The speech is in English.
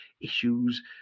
issues